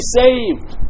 saved